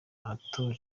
ata